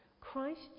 Christ